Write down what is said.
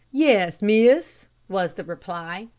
yes, miss, was the reply.